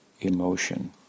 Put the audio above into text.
emotion